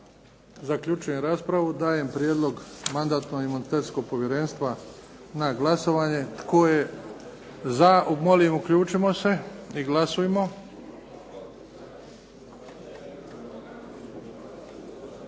zaključujem raspravu. Dajem prijedlog Mandatno-imunitetnog povjerenstva na glasovanje. Tko je za? Molim, uključimo se i glasujmo.